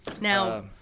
Now